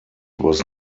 was